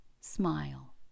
smile